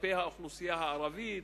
כלפי האוכלוסייה הערבית,